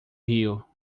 rio